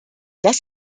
das